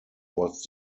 was